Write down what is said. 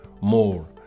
more